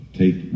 take